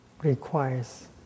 requires